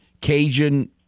Cajun